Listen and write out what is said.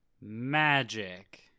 Magic